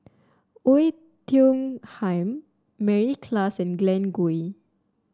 Oei Tiong Ham Mary Klass and Glen Goei